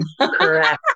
Correct